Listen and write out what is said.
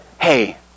hey